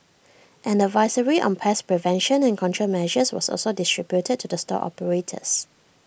an advisory on pest prevention and control measures was also distributed to the store operators